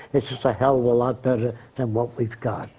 it's just a hell a lot better than what we've got.